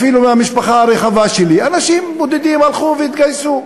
אפילו מהמשפחה הרחבה שלי אנשים בודדים הלכו והתגייסו,